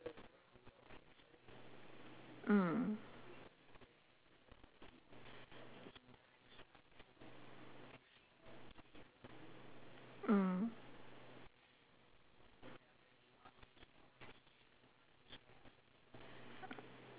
mm mm